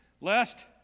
Lest